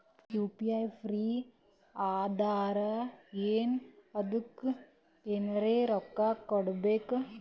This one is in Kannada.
ಯು.ಪಿ.ಐ ಫ್ರೀ ಅದಾರಾ ಏನ ಅದಕ್ಕ ಎನೆರ ರೊಕ್ಕ ಕೊಡಬೇಕ?